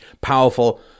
powerful